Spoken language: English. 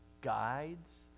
guides